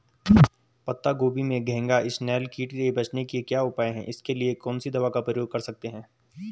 पत्ता गोभी में घैंघा इसनैल कीट से बचने के क्या उपाय हैं इसके लिए कौन सी दवा का प्रयोग करते हैं?